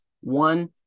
One